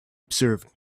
observed